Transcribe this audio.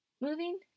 Moving